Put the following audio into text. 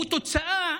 הוא תוצאה